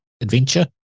adventure